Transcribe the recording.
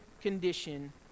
condition